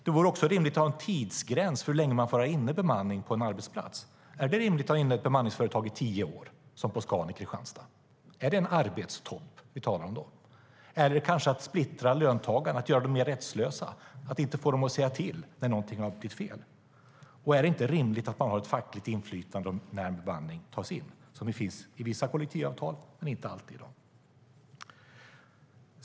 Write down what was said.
Det vore också rimligt att ha en tidsgräns för hur länge man får anlita bemanningsföretag på en arbetsplats. Är det rimligt att ha ett bemanningsföretag inne i tio år, som på Scan i Kristianstad? Är det en arbetstopp vi talar om då? Eller handlar det kanske om att splittra löntagarna och göra dem mer rättslösa, så att de inte säger till när någonting har blivit fel? Och är det inte rimligt att man har ett fackligt inflytande över när bemanning ska tas in? Det finns med i vissa kollektivavtal, men inte alltid i dag.